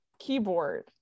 keyboard